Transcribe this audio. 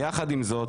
יחד עם זאת,